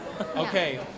Okay